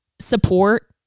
support